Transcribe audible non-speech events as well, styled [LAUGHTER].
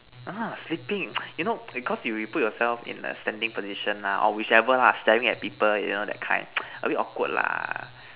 ah sleeping [NOISE] you know because if you put yourself in a standing position lah or whichever lah staring at people you know that kind [NOISE] a bit awkward lah